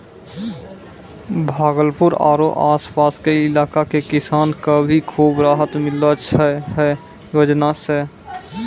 भागलपुर आरो आस पास के इलाका के किसान कॅ भी खूब राहत मिललो छै है योजना सॅ